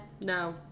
no